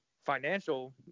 financial